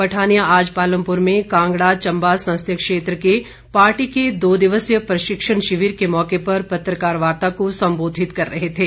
पठानिया आज पालमपुर में कांगड़ा चंबा संसदीय क्षेत्र के पार्टी के दो दिवसीय प्रशिक्षण शिविर के मौके पर पत्रकार वार्ता को संबोधित कर रहे थे